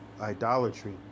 idolatry